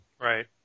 Right